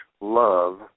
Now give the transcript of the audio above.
Love